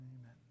Amen